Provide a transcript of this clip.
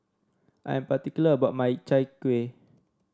I am particular about my Chai Kueh